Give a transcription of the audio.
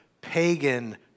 pagan